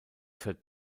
fährt